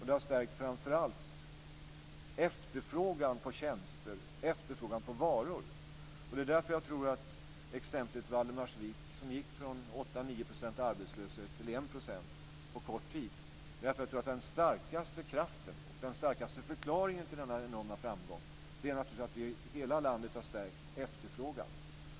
Det har framför allt stärkt efterfrågan på tjänster och varor. arbetslöshet till 1 % på kort tid. Den starkaste kraften och förklaringen till denna enorma framgång är naturligtvis att hela landet har stärkt efterfrågan.